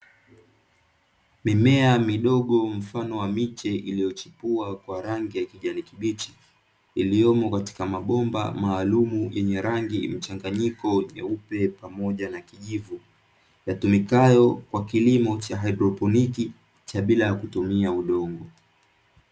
Mimea midogo mfano wa miche iliyochipua kwa rangi ya kijani kibichi, iliyomo katika mabomba maalumu yenye rangi mchanganyiko wa nyeupe pamoja na kijivu, yatumikayo kwa kilimo cha "haidroponiki" cha bila ya kutumia udongo.